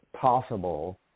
possible